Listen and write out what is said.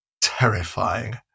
terrifying